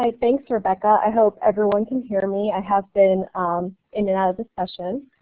ah thanks, rebecca. i hope everyone can hear me. i have been um in and out of the session.